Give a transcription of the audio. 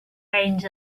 reins